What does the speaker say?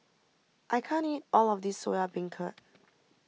I can't eat all of this Soya Beancurd